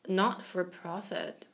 not-for-profit